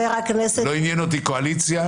לא עניין אותי קואליציה.